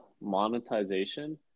monetization